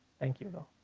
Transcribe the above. thank you though,